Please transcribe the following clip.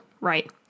right